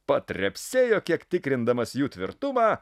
patrepsėjo kiek tikrindamas jų tvirtumą